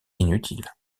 inutile